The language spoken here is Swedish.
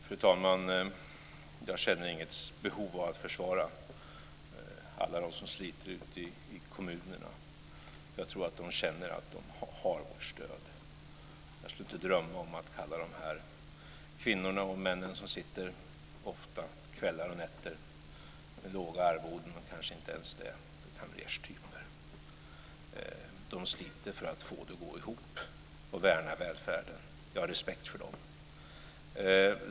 Fru talman! Jag känner inget behov av att särskilt försvara alla dem som sliter ute i kommunerna. Jag tror att de känner att de har vårt stöd. Jag skulle inte drömma om att kalla de kvinnor och män som ofta sitter kvällar och nätter med låga arvoden och kanske inte ens det för kamrerstyper. De sliter för att få det att gå ihop och för att värna välfärden. Jag har respekt för dem.